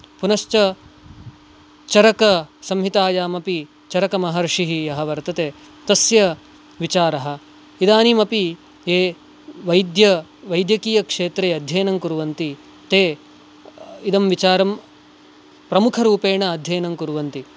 पुनश्च चरकसंहितायाम् अपि चरकमहर्षिः यः वर्तते तस्य विचारः इदानीमपि ये वैद्य वैद्यकीयक्षेत्रे अध्ययनं कुर्वन्ति ते इदं विचारं प्रमुखरूपेण अध्ययनं कुर्वन्ति